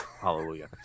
hallelujah